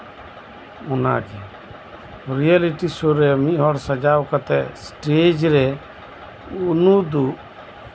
ᱚᱱᱟᱜᱮ ᱨᱤᱭᱮᱞᱤᱴᱤ ᱥᱮ ᱨᱮ ᱢᱤᱫ ᱦᱚᱲ ᱥᱟᱡᱟᱣ ᱠᱟᱛᱮ ᱥᱴᱮᱡ ᱨᱮ ᱩᱱᱩᱫᱩᱜ